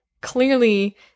Clearly